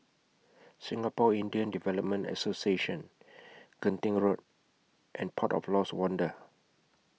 Singapore Indian Development Association Genting Road and Port of Lost Wonder